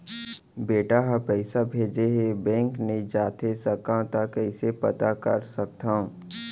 बेटा ह पइसा भेजे हे बैंक नई जाथे सकंव त कइसे पता कर सकथव?